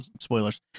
spoilers